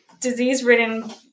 disease-ridden